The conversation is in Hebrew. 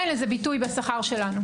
אין לזה ביטוי בשכר שלנו.